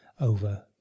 over